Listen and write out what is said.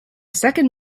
second